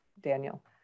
Daniel